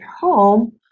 home